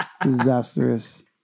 disastrous